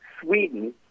Sweden